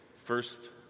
First